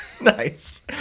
Nice